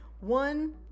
One